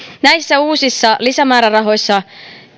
näissä uusissa lisämäärärahoissa